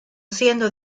siendo